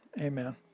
Amen